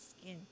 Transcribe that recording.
skin